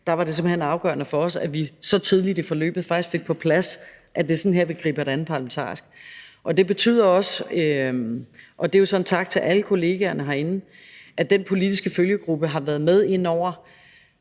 var det simpelt hen afgørende for os, at vi så tidligt i forløbet faktisk fik på plads, at det er sådan her, vi griber det an parlamentarisk. Det betyder også – og det er jo så en tak til alle kollegaerne herinde – at den politiske følgegruppe har været med inde over